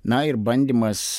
na ir bandymas